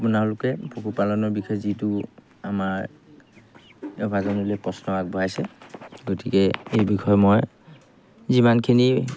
আপোনালোকে পশুপালনৰ বিষয়ে যিটো আমাৰ জনলৈ প্ৰশ্ন আগবঢ়াইছে গতিকে এই বিষয়ে মই যিমানখিনি